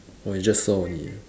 oh you just saw only ah